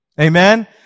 amen